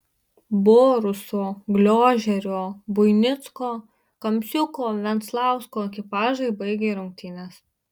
boruso gliožerio buinicko kamsiuko venslausko ekipažai baigė rungtynes